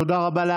תודה רבה.